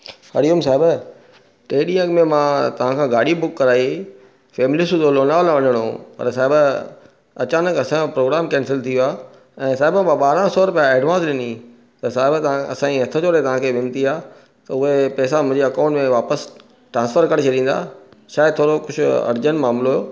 हरिओम साहिब टे ॾींहं अॻ में मां तव्हां खां गाॾी बुक कराई फैमिली सूधो लोनावला वञणो हो पर साहिबु अचानक असांजो प्रोग्राम केंसिल थी वियो आहे ऐं साहिबु मां ॿारहं सौ रुपया एडवांस ॾिनी हुई त साहिब तव्हां असांजी हथ जोड़े तव्हांखे विनती आहे त उहे पेसा मुंहिंजे अकाऊंट में वापसि ट्रांसफर करे छॾींदा छा आहे थोरो कुझु अर्जेंट मामलो